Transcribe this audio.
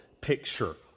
picture